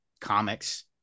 comics